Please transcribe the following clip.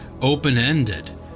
open-ended